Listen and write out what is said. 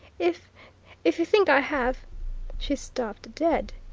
if if you think i have she stopped dead.